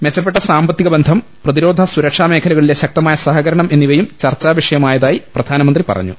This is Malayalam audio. മെച്ചപ്പെട്ട സാമ്പത്തിക ബന്ധം പ്രതിരോധ സുരക്ഷാമേഖ ലകളിലെ ശക്തമായ സഹകരണം എന്നിവയും ചർച്ചാവിഷയമാ യതായി പ്രധാനമന്ത്രി പറഞ്ഞു